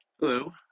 Hello